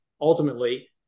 ultimately